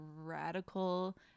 radical